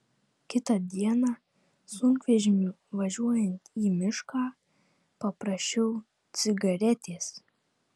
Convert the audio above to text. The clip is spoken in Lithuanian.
kitą dieną sunkvežimiu važiuojant į mišką paprašiau cigaretės